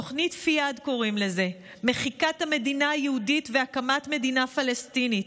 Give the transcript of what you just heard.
תוכנית פיאד קוראים לזה: מחיקת המדינה היהודית והקמת מדינה פלסטינית.